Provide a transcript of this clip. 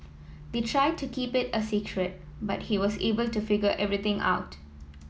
they tried to keep it a secret but he was able to figure everything out